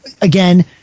again